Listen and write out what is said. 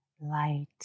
light